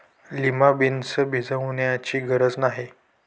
lima beans भिजवण्याची गरज नाही